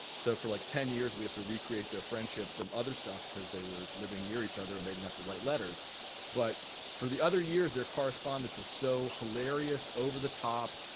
so for like ten years we have to recreate their friendship from other stuff because they were living near each other and they didn't have to write letters but for the other years their correspondence is so hilarious, over the top.